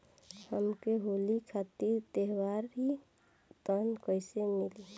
हमके होली खातिर त्योहारी ऋण कइसे मीली?